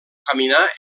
caminar